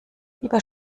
lieber